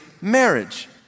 marriage